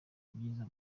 myiza